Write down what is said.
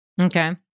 Okay